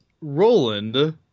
Roland